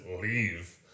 leave